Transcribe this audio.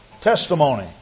testimony